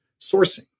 sourcing